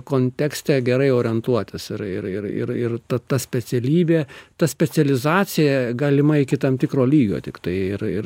kontekste gerai orientuotis ir ir ir ir ir ta ta specialybė ta specializacija galima iki tam tikro lygio tiktai ir ir